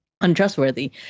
untrustworthy